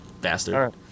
bastard